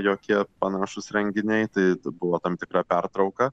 jokie panašūs renginiai tai buvo tam tikra pertrauka